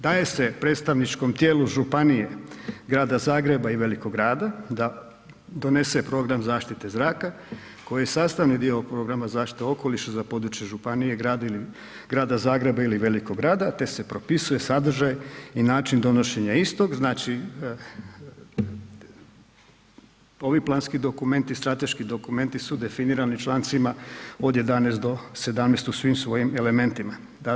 Daje se predstavničkom tijelu županije Grada Zagreba i velikog grada da donese program zaštite zraka koji je sastavni dio programa zaštite okoliša za područje županije, grada ili Grada Zagreba ili velikog grada te se propisuje sadržaj i način donošenja istog, znači ovi planski dokumenti, strateški dokumenti su definirani člancima od 11.-17. u svim svojim elementima.